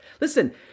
Listen